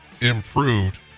improved